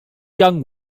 young